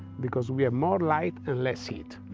because we are more light and less heat.